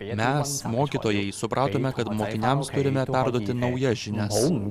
mes mokytojai supratome kad mokiniams turime perduoti naujas žinias